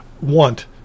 want